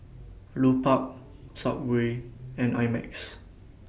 Lupark Subway and I Max